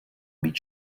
být